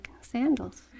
sandals